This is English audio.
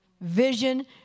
Vision